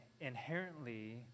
inherently